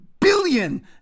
billion